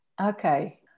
Okay